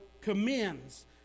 commends